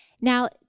Now